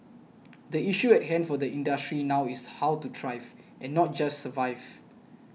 the issue at hand for the industry now is how to thrive and not just survive